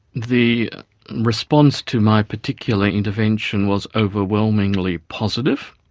the response to my particular intervention was overwhelmingly positive.